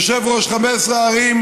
יושב-ראש 15 הערים,